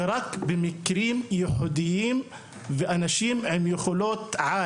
זה אפשרי רק במקרים ייחודים ובמקרים שלאנשים יש יכולות על.